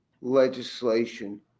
legislation